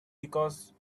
because